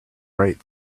right